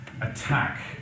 Attack